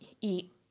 eat